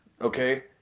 okay